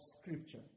scripture